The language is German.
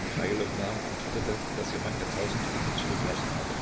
michailowna antwortete daß ihr mann ihr tausend rubel zurückgelassen habe